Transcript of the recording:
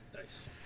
Nice